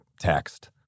text